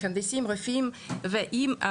מהנדסים, רופאים נדיה,